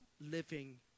living